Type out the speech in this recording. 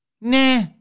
Nah